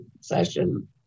session